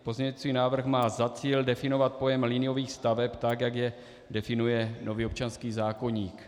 Pozměňující návrh má za cíl definovat pojem liniových staveb tak, jak je definuje nový občanský zákoník.